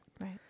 Right